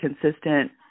consistent